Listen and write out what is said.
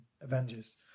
Avengers